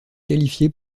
qualifié